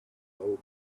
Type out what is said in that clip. low